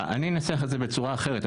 אני אנסח את זה בצורה אחרת.